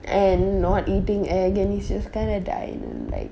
and not eating egg and is just kinda dying like